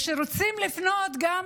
כשרוצים לפנות גם